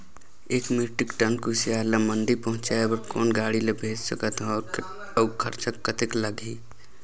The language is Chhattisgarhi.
एक मीट्रिक टन कुसियार ल मंडी पहुंचाय बर कौन गाड़ी मे भेज सकत हव अउ खरचा कतेक लगही?